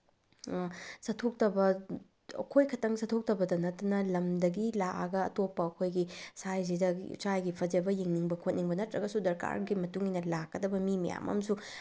ꯆꯠꯊꯣꯛꯇꯕ ꯑꯩꯈꯣꯏꯈꯇꯪ ꯆꯠꯊꯣꯛꯇꯕꯇ ꯅꯠꯇꯅ ꯂꯝꯗꯒꯤ ꯂꯥꯛꯑꯒ ꯑꯇꯣꯞꯄ ꯑꯩꯈꯣꯏꯒꯤ ꯁꯥꯏꯁꯤꯗ ꯁꯥꯏꯒꯤ ꯐꯖꯕ ꯌꯦꯡꯅꯤꯡꯕ ꯈꯣꯠꯅꯤꯡꯕ ꯅꯠꯇ꯭ꯔꯒꯁꯨ ꯗꯔꯀꯥꯔꯒꯤ ꯃꯇꯨꯡꯏꯟꯅ ꯂꯥꯛꯀꯗꯕ ꯃꯤ ꯃꯌꯥꯝ ꯑꯃꯁꯨ